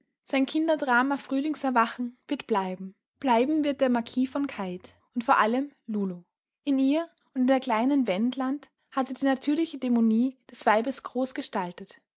sein kinderdrama frühlingserwachen wird bleiben bleiben wird der marquis von keith der letzte akt von schloß wetterstein und vor allem lulu in ihr und in der kleinen wendla hat er die natürliche dämonie des weibes groß gestaltet